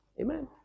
Amen